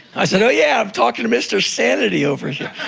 i said, oh yeah! i'm talking to mr. sanity over here!